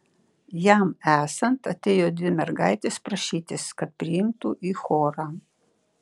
jam esant atėjo dvi mergaitės prašytis kad priimtų į chorą